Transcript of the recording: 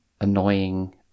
annoying